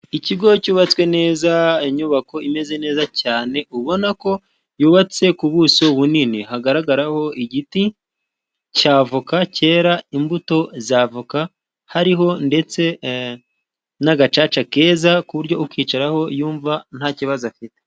Ikigo cyubatswe neza inyubako imeze neza cyane ubona ko yubatse ku buso bunini. Hagaragaraho igiti cy'avoka cyera imbuto z'avoka. Hariho ndetse n'agacaca keza ku buryo ukicayeho yumva nta kibazo afite.